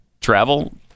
travel